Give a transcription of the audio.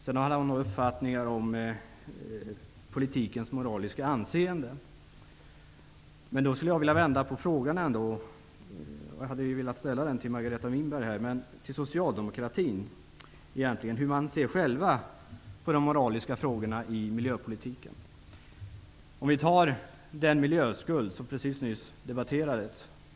Sedan hade hon uppfattningar om politikens moraliska anseende. Då vill jag vända på frågan. Jag hade velat ställa den till Margareta Winberg. Hur ser socialdemokraterna själva på de moraliska frågorna i miljöpolitiken? Vi kan t.ex. se på den miljöskuld som nyss debatterades.